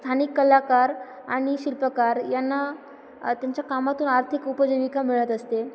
स्थानिक कलाकार आणि शिल्पकार यांना त्यांच्या कामातून आर्थिक उपजीविका मिळत असते